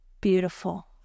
Beautiful